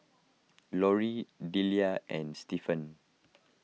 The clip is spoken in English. Lorri Delia and Stephan